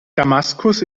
damaskus